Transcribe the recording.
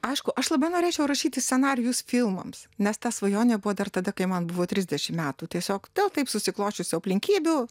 aišku aš labai norėčiau rašyti scenarijus filmams nes ta svajonė buvo dar tada kai man buvo trisdešim metų tiesiog dėl taip susiklosčiusių aplinkybių